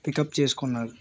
pickup చేసుకున్నాడు